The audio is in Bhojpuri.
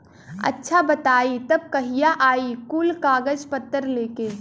अच्छा बताई तब कहिया आई कुल कागज पतर लेके?